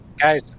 guys